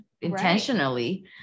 intentionally